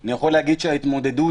אני יכול להגיד שההתמודדות